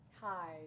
Hi